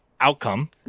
outcome